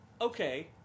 okay